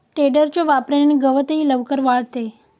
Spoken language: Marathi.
टेडरच्या वापराने गवतही लवकर वाळते